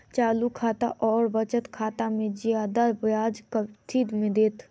चालू खाता आओर बचत खातामे जियादा ब्याज कथी मे दैत?